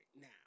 now